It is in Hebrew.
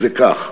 זה כך,